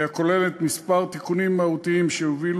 הכולל כמה תיקונים מהותיים שיובילו